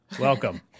Welcome